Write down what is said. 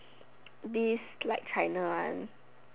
bees like kinder one